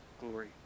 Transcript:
glory